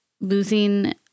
losing